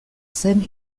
zen